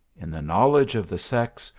in the knowledge of the sex,